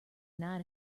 not